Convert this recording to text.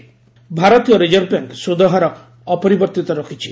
RBI ଭାରତୀୟ reserve bank ସୁଧହାର ଅପରିବର୍ତ୍ତିତ ରଖିଛି